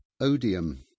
Odium